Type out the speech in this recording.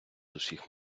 усіх